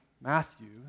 Matthew